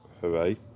Hooray